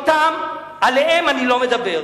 עליהן אני לא מדבר,